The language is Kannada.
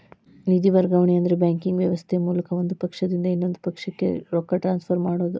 ನಿಧಿ ವರ್ಗಾವಣೆ ಅಂದ್ರ ಬ್ಯಾಂಕಿಂಗ್ ವ್ಯವಸ್ಥೆ ಮೂಲಕ ಒಂದ್ ಪಕ್ಷದಿಂದ ಇನ್ನೊಂದ್ ಪಕ್ಷಕ್ಕ ರೊಕ್ಕ ಟ್ರಾನ್ಸ್ಫರ್ ಮಾಡೋದ್